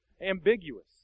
ambiguous